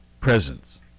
presence